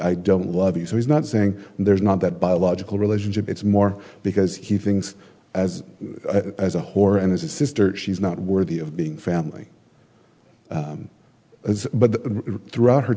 i don't love you so he's not saying there's not that biological relationship it's more because he things as a whore and as a sister she's not worthy of being family as but throughout her